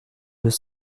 deux